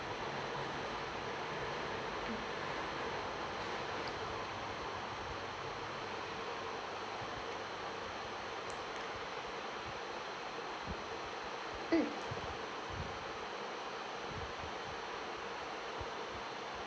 mm